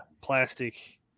plastic